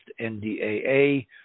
NDAA